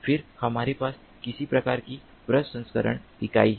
फिर हमारे पास किसी प्रकार की प्रसंस्करण इकाई है